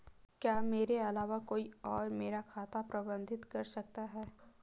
क्या मेरे अलावा कोई और मेरा खाता प्रबंधित कर सकता है?